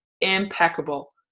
impeccable